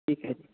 ਠੀਕ ਹੈ ਜੀ